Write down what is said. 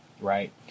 right